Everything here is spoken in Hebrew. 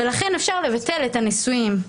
ולכן אפשר לבטל את הנישואים.